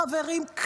חברים,